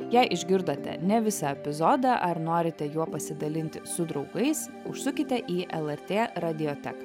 jei išgirdote ne visą epizodą ar norite juo pasidalinti su draugais užsukite į lrt radioteką